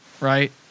Right